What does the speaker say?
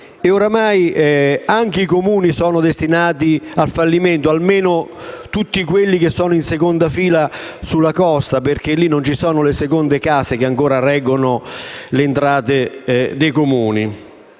ormai anche i Comuni sono destinati al fallimento, almeno tutti quelli che sono in seconda fila sulla costa, dove non ci sono le seconde case, le cui tasse ancora ne reggono le entrate. Ricordo